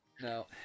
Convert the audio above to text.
No